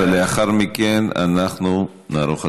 ולאחר מכן אנחנו נערוך הצבעה.